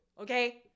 okay